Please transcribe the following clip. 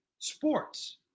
sports